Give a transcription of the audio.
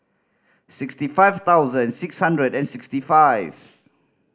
sixty five thousand six hundred and sixty five